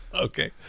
Okay